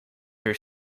her